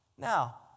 Now